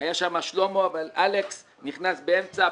היה שם שלמה, אבל אלכס נכנס באמצע.